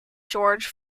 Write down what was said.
george